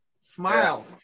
smile